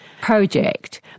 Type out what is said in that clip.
project